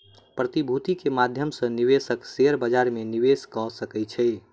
प्रतिभूति के माध्यम सॅ निवेशक शेयर बजार में निवेश कअ सकै छै